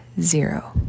zero